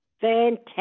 Fantastic